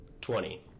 twenty